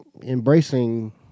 Embracing